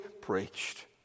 preached